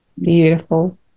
Beautiful